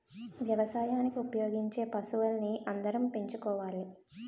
వ్యవసాయానికి ఉపయోగించే పశువుల్ని అందరం పెంచుకోవాలి